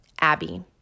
Abby